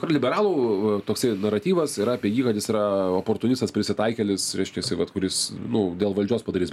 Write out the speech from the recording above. kaip liberalų toksai naratyvas yra apie jį kad jis yra oportunistas prisitaikėlis reiškiasi vat kuris nu dėl valdžios padarys